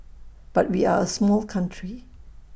but we are A small country